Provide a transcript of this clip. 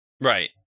Right